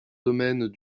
domaines